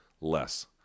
Less